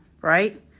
right